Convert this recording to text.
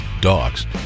dogs